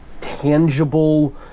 tangible